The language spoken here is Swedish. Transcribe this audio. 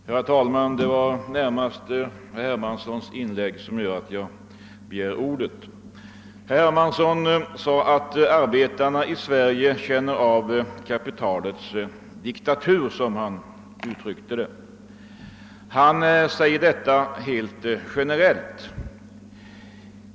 Herr talman! Det var närmast herr Hermanssons inlägg som föranledde mig att begära ordet. Herr Hermansson sade att arbetarna i Sverige känner av kapitalets diktatur — han uttryckte sig så. Han sade detta helt generellt.